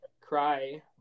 cry